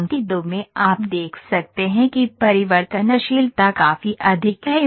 पंक्ति 2 में आप देख सकते हैं कि परिवर्तनशीलता काफी अधिक है